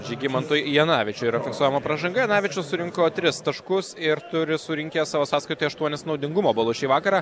žygimantui janavičiui yra fiksuojama pražanga janavičius surinko tris taškus ir turi surinkęs savo sąskaitoje aštuonis naudingumo balus šį vakarą